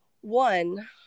One